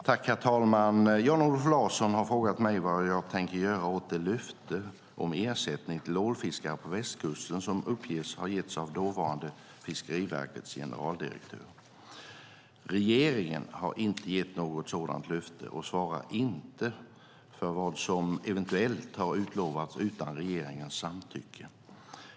Herr talman! Jan-Olof Larsson har frågat mig vad jag tänker göra åt det löfte om ersättning till ålfiskare på västkusten som uppges ha getts av dåvarande Fiskeriverkets generaldirektör. Regeringen har inte gett något sådant löfte och svarar inte för vad som eventuellt har utlovats utan regeringens samtycke.